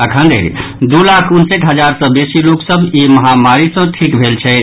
अखनधरि दू लाख उनसठि हजार सॅ बेसी लोक सभ ई महामारी सॅ ठीक भेल छथि